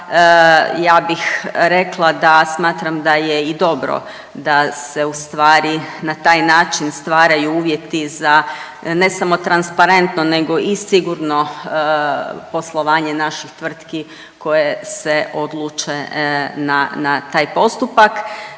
ja bih rekla da smatram da je i dobro da se u stvari na taj način stvaraju uvjeti za ne samo transparentno, nego i sigurno poslovanje naših tvrtki koje se odluče na taj postupak.